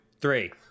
three